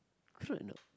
true or not